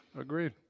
Agreed